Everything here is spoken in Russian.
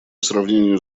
сравнению